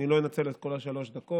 ואני לא אנצל את כל שלוש הדקות.